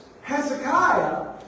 Hezekiah